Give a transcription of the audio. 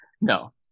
No